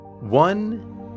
One